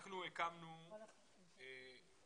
אנחנו הקמנו מרכז